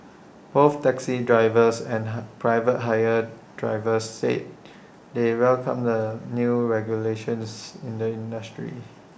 both taxi drivers and private hire drivers said they welcome the new regulations in the industry